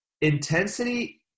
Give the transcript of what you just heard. intensity